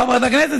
חברת הכנסת,